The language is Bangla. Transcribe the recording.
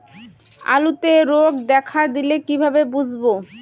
আলুতে রোগ দেখা দিলে কিভাবে বুঝবো?